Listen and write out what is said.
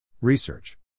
Research